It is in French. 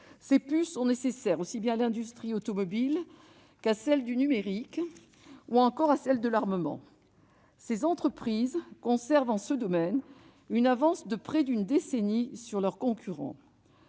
Ces puces sont nécessaires aussi bien à l'industrie automobile qu'à celle du numérique ou à celle de l'armement. Ses entreprises conservent, dans ce domaine, une avance de près d'une décennie sur leurs concurrents.